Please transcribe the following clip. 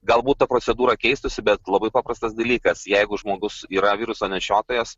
galbūt ta procedūra keistųsi bet labai paprastas dalykas jeigu žmogus yra viruso nešiotojas